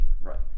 Right